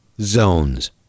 zones